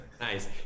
Nice